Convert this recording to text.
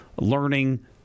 learning